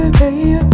baby